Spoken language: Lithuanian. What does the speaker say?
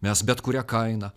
mes bet kuria kaina